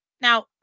Now